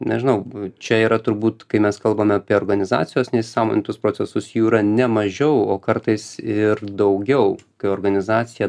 nežinau čia yra turbūt kai mes kalbame apie organizacijos neįsisąmonintus procesus jų yra ne mažiau o kartais ir daugiau kai organizacija